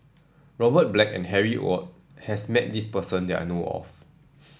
Robert Black and Harry Ord has met this person that I know of